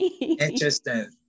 Interesting